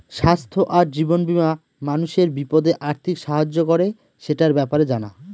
স্বাস্থ্য আর জীবন বীমা মানুষের বিপদে আর্থিক সাহায্য করে, সেটার ব্যাপারে জানা